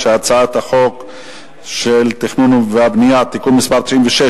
ההצעה להעביר את הצעת חוק התכנון והבנייה (תיקון מס' 96)